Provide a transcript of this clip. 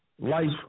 life